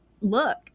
look